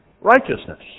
righteousness